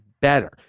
Better